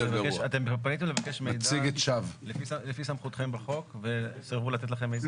פניתם לקבל מידע לפי סמכותכם בחוק וסרבו לתת לכם מידע?